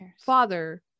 father